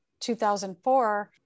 2004